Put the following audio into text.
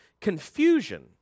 confusion